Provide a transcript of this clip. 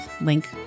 Link